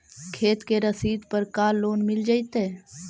खेत के रसिद पर का लोन मिल जइतै?